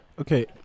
Okay